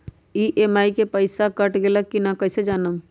EMI के पईसा कट गेलक कि ना कइसे हम जानब?